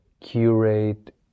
curate